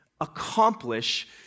accomplish